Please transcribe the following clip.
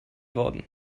worden